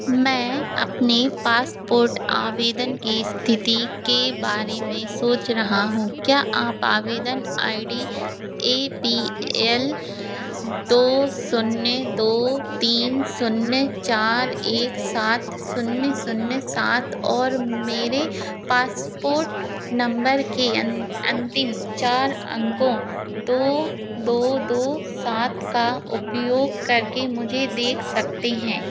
मैं अपने पासपोर्ट आवेदन की स्थिति के बारे में सोच रहा हूँ क्या आप आवेदन I D A P L दो शून्य दो तीन शून्य चार एक सात शून्य शून्य सात और मेरे पासपोर्ट नंबर के अंतिम चार अंकों दो दो दो सात का उपयोग करके इसे देख सकते हैं